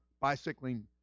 bicycling